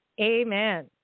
Amen